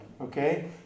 Okay